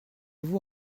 vous